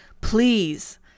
please